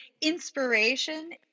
inspiration